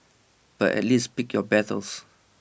but at least pick your battles